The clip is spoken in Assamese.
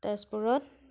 তেজপুৰত